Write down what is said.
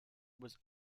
was